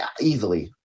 easily